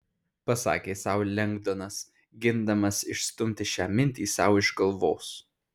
pasakė sau lengdonas gindamas išstumti šią mintį sau iš galvos